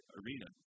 arena